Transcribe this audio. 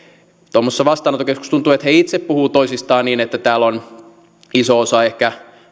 tuommoisessa vastaanottokeskuksessa tuntuu että he itse puhuvat toisistaan niin että täällä on iso osa ehkä